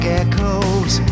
echoes